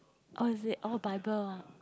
orh is it orh bible ah